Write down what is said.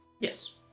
Yes